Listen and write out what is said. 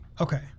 Okay